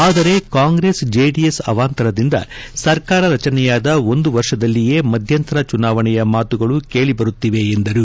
ಆದರೆ ಕಾಂಗ್ರೆಸ್ ಜೆಡಿಎಸ್ ಅವಾಂತರದಿಂದ ಸರ್ಕಾರ ರಚನೆಯಾದ ಒಂದು ವರ್ಷದಲ್ಲಿಯೆ ಮಧ್ಕಂತರ ಚುನಾವಣೆಯ ಮಾತುಗಳು ಕೇಳಿ ಬರುತ್ತಿವೆ ಎಂದರು